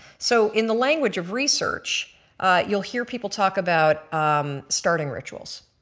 so in the language of research you'll hear people talk about starting rituals,